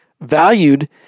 valued